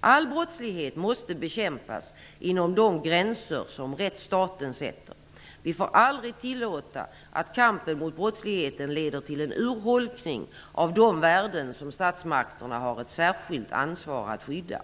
All brottslighet måste bekämpas inom de gränser som rättsstaten sätter. Vi får aldrig tillåta att kampen mot brottsligheten leder till en urholkning av de värden som statsmakterna har ett särskilt ansvar att skydda.